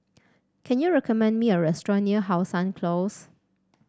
can you recommend me a restaurant near How Sun Close